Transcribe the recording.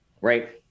right